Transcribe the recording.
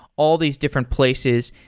all these different places.